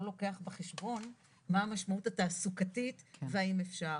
לוקח בחשבון מה המשמעות התעסוקתית והאם אפשר.